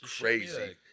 crazy